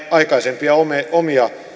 aikaisempia omia omia